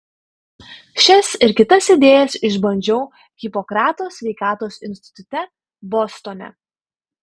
šias ir kitas idėjas išbandžiau hipokrato sveikatos institute bostone